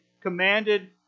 commanded